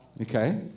Okay